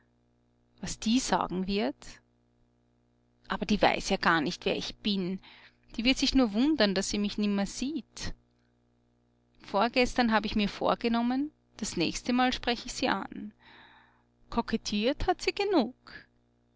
was die sagen wird aber die weiß ja gar nicht wer ich bin die wird sich nur wundern daß sie mich nimmer sieht vorgestern hab ich mir vorgenommen das nächstemal sprech ich sie an kokettiert hat sie genug